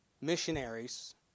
missionaries